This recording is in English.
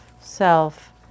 self